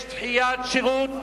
יש דחיית שירות.